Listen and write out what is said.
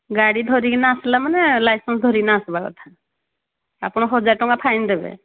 ଗାଡ଼ି ଧରିକିନା ଆସିଲା ମାନେ ଲାଇସେନ୍ସ ଧରିକିନା ଆସିବା କଥା ଆପଣ ହଜାର ଟଙ୍କା ଫାଇନ୍ ଦେବେ